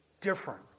different